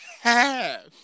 half